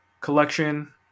collection